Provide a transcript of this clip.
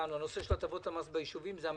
שהנושא של הטבות המס ביישובים הוא לא התפקיד שלנו.